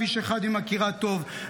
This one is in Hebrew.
את כביש 1 היא מכירה טוב.